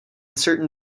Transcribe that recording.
certain